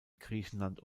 griechenland